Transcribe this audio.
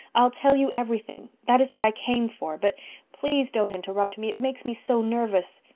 i'll tell you everything. that is what i came for but please don't interrupt me. it makes me so nervous.